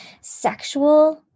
sexual